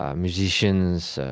ah musicians,